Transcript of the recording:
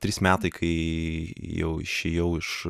trys metai kai jau išėjau iš